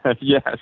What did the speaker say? Yes